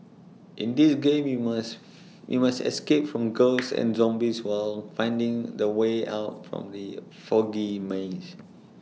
in this game you must you must escape from ghosts and zombies while finding the way out from the foggy maze